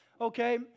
Okay